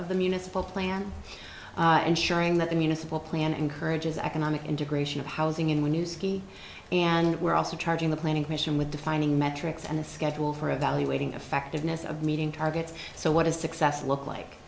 of the municipal plan ensuring that the municipal plan encourages economic integration of housing and when you ski and we're also charging the planning commission with defining metrics and the schedule for evaluating effectiveness of meeting targets so what does success look like